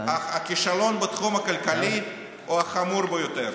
אך הכישלון בתחום הכלכלי הוא החמור ביותר,